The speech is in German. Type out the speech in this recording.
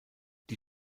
die